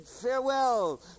farewell